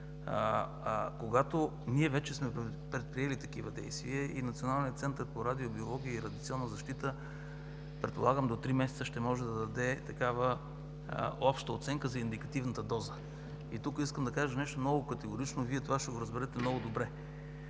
и 235. Ние вече сме предприели такива действия и Националният център по радиобиология и радиационна защита предполагам до три месеца ще трябва да даде такава обща оценка за индикативната доза. И тук искам да кажа нещо много категорично, Вие това ще го разберете много добре: